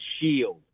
shield